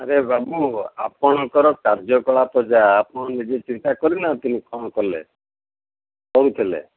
ଆରେ ବାବୁ ଆପଣଙ୍କର କାର୍ଯ୍ୟକଳାପ ଯାହା ଆପଣ ନିଜେ ଚିନ୍ତା କରିନାହାନ୍ତି କ'ଣ କଲେ କହୁଥିଲେ